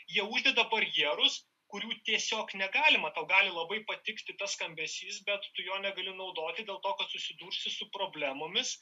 jie uždeda barjerus kurių tiesiog negalima tau gali labai patikti tas skambesys bet tu jo negali naudoti dėl to kad susidūrusi su problemomis